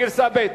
בגרסה ב'.